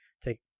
take